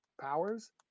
powers